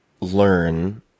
learn